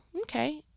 okay